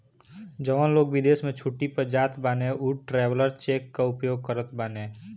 जवन लोग विदेश में छुट्टी पअ जात बाने उ ट्रैवलर चेक कअ उपयोग करत बाने